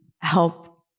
help